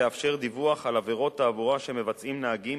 ותאפשר דיווח על עבירות תעבורה שמבצעים נהגים